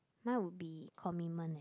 mine would be commitment eh